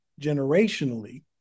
generationally